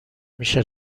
میشه